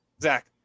Zach